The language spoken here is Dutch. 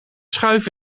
schuif